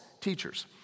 teachers